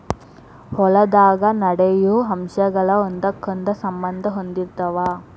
ಹೊಲದಾಗ ನಡೆಯು ಅಂಶಗಳ ಒಂದಕ್ಕೊಂದ ಸಂಬಂದಾ ಹೊಂದಿರತಾವ